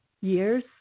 years